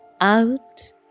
Out